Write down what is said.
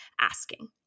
asking